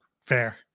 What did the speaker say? Fair